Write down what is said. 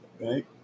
Right